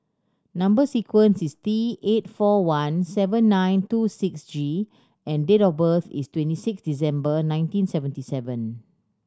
number sequence is T eight four one seven nine two six G and date of birth is twenty six December nineteen seventy seven